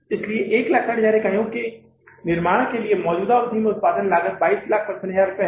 इसलिए 160000 इकाइयों के निर्माण के लिए मौजूदा अवधि में उत्पादन की लागत 2155000 है